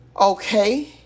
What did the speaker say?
Okay